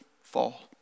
fall